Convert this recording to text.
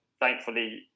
thankfully